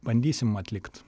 bandysim atlikt